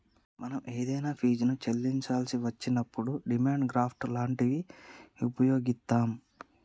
మనం ఏదైనా ఫీజుని చెల్లించాల్సి వచ్చినప్పుడు డిమాండ్ డ్రాఫ్ట్ లాంటివి వుపయోగిత్తాం